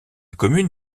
commune